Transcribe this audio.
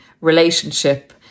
relationship